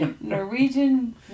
Norwegian